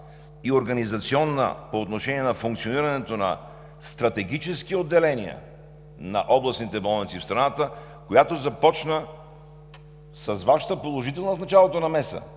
и организационна, по отношение на функционирането на стратегически отделения на областните болници в страната, която започна с Вашата положителна оценка от началото